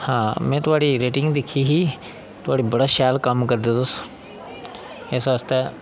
हां में थुहाड़ी रेटिंग दिक्खी ही तुस बड़ा शैल कम्म करदे तुस इस आस्तै